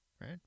right